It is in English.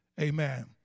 amen